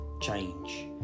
change